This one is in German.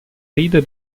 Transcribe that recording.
rede